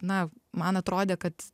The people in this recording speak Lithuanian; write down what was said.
na man atrodė kad